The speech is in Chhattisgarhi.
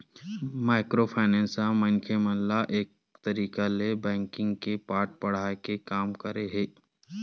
माइक्रो फायनेंस ह मनखे मन ल एक तरिका ले बेंकिग के पाठ पड़हाय के काम करे हे